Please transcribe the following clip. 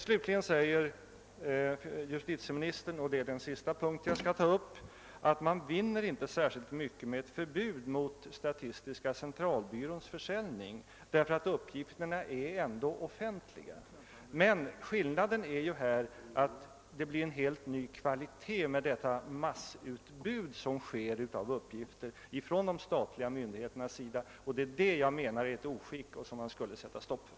Slutligen säger justitieministern — och det är den sista punkt jag skall ta upp — att man vinner inte särskilt mycket med ett förbud mot statistiska centralbyråns försäljning därför att uppgifterna ändå är offentliga. Men skillnaden härvidlag är ju att det blir en helt ny kvalitet genom detta massutbud som sker av uppgifter från de statliga myndigheternas sida. Det är det jag menar är ett oskick som man skulle sätta stopp för.